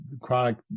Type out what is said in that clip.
chronic